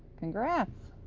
congrats!